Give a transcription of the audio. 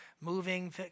moving